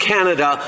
Canada